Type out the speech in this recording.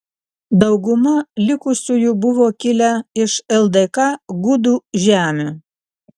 dauguma likusiųjų buvo kilę iš ldk gudų žemių